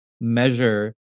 measure